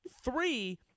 Three